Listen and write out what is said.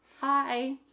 hi